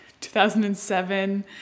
2007